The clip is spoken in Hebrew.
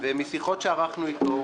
משיחות שערכנו איתו,